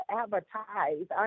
advertise